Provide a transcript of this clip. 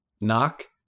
Knock